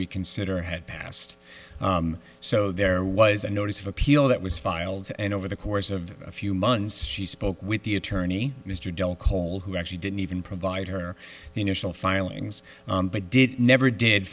reconsider had passed so there was a notice of appeal that was filed and over the course of a few months she spoke with the attorney mr dell cole who actually didn't even provide her the initial filings but did never did